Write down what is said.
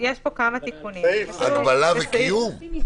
"הגבלה" ו"קיום"?